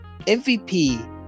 MVP